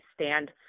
stand